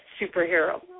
superhero